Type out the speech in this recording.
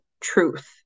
truth